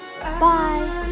Bye